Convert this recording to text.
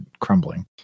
crumbling